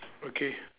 okay